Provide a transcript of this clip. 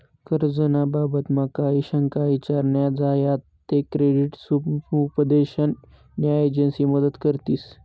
कर्ज ना बाबतमा काही शंका ईचार न्या झायात ते क्रेडिट समुपदेशन न्या एजंसी मदत करतीस